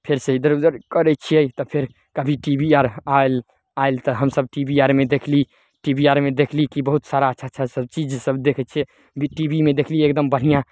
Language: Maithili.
फेर से इधर उधर करै छियै फेर कभी टी भी आर आयल आल तऽ हमसब टी भी आरमे देखली टी भी आरमे देखली की बहुत सारा अच्छा अच्छा सब चीज सब देखय छिअय टी भी मे देखलियै एकदम बढ़िऑं